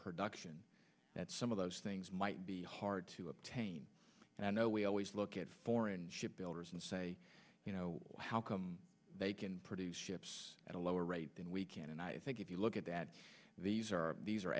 production that some of those things might be hard to obtain and i know we always look at foreign shipbuilders and say you know how come they can produce ships at a lower rate than we can and i think if you look at that these are these are